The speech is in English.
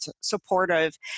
supportive